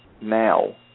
now